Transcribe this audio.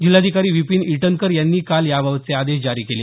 जिल्हाधिकारी विपिन इटनकर यांनी काल याबातचे आदेश जारी केले